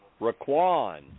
Raquan